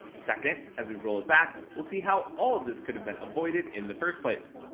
second, as we roll it back we'll see how all of this could've been avoided in the first place.